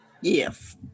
Yes